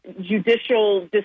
judicial